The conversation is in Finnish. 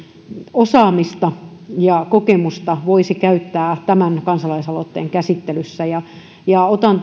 osaamista ja kokemusta voisi käyttää tämän kansalaisaloitteen käsittelyssä ja ja otan